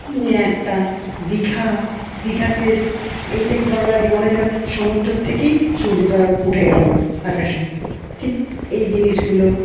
নিয়ে একটা দিঘা দিঘাতে এইটাই ভালো লাগে মনে হয় যেন সমুদ্র থেকেই সূর্যটা উঠে গেল আকাশে ঠিক এই জিনিসগুলো